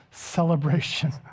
celebration